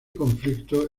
conflicto